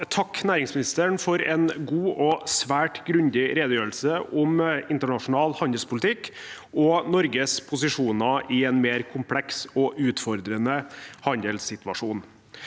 for en god og svært grundig redegjørelse om internasjonal handelspolitikk og Norges posisjoner i en mer kompleks og utfordrende handelssituasjon.